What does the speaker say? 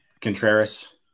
Contreras